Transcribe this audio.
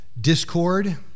discord